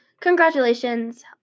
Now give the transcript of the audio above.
congratulations